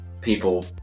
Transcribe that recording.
people